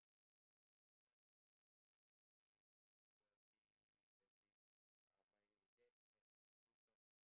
I was a quite uh like a very n~ wealthy family uh my dad had two shops